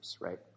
right